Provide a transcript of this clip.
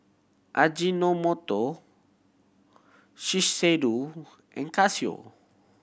Ajinomoto Shiseido and Casio